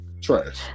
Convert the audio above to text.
Trash